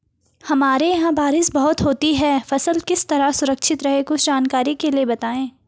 हमारे यहाँ बारिश बहुत होती है फसल किस तरह सुरक्षित रहे कुछ जानकारी के लिए बताएँ?